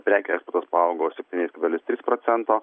prekės paaugo septyniais kablelis trys procento